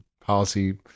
policy